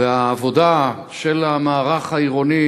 והעבודה של המערך העירוני,